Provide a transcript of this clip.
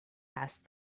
asked